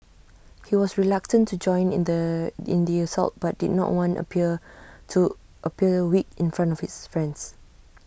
he was reluctant to join in the in the assault but did not want appear to appear weak in front of his friends